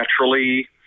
naturally